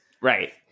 right